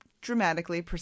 dramatically